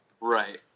right